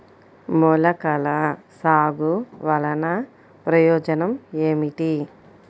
మొలకల సాగు వలన ప్రయోజనం ఏమిటీ?